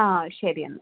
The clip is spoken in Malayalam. ആ ശരിയെന്നാൽ